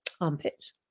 armpits